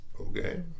Okay